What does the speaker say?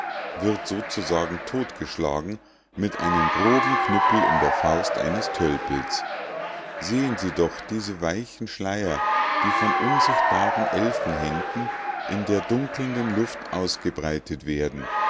wird sozusagen totgeschlagen mit einem groben knüppel in der faust eines tölpels sehen sie doch diese weichen schleier die von unsichtbaren elfenhänden in der dunkelnden luft ausgebreitet werden